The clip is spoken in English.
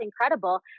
incredible